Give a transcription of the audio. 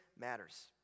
matters